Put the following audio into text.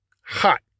hot